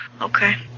Okay